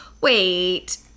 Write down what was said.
wait